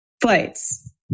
flights